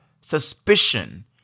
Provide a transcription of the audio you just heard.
suspicion